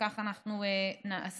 וכך אנחנו נעשה.